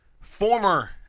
former